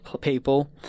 people